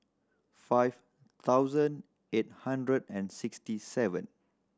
five thousand eight hundred and sixty seven